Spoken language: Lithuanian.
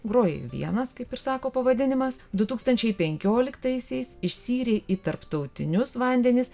grojai vienas kaip ir sako pavadinimas du tūkstančiai penkioliktaisiais išsiyrei į tarptautinius vandenis